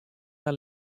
har